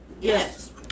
Yes